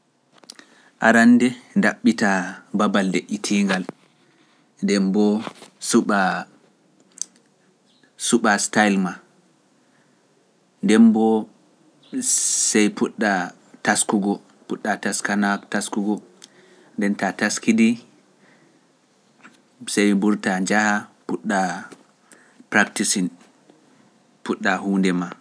Arannde ndaɓɓita babal leƴƴitiingal, nden bo suɓa style maa, nden mbo sey puɗɗa taskugo, puɗɗa taskanawake taskugo, nden taa taskidi, sey mburta njaha puɗɗa practicine, puɗɗa huunde maa.